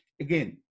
Again